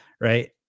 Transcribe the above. Right